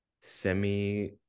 semi